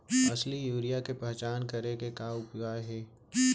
असली यूरिया के पहचान करे के का उपाय हे?